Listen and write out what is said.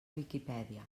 viquipèdia